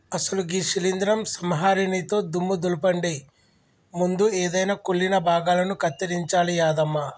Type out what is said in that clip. అసలు గీ శీలింద్రం సంహరినితో దుమ్ము దులపండి ముందు ఎదైన కుళ్ళిన భాగాలను కత్తిరించాలి యాదమ్మ